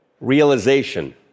realization